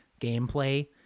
gameplay